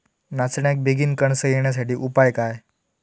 नाचण्याक बेगीन कणसा येण्यासाठी उपाय काय?